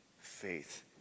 faith